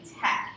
tech